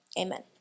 Amen